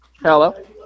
Hello